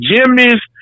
Jimmy's